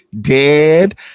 dead